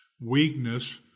weakness